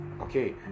okay